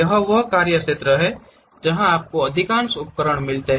यह एक कार्यक्षेत्र की तरह है जहां आपको अधिकांश उपकरण मिलते हैं